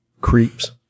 Creeps